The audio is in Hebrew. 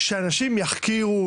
שאנשים ישכרו,